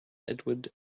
eduard